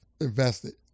invested